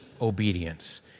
obedience